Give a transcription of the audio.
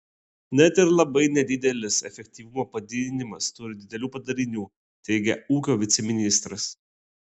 net ir labai nedidelis efektyvumo padidinimas turi didelių padarinių teigė ūkio viceministras